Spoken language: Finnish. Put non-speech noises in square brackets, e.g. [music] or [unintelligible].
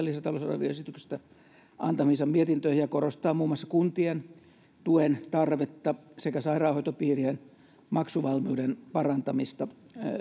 [unintelligible] lisätalousarvioesityksestä antamiinsa mietintöihin ja korostaa muun muassa kuntien tuen tarvetta sekä sairaanhoitopiirien maksuvalmiuden parantamista